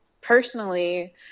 personally –